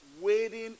waiting